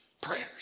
prayers